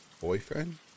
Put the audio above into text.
boyfriend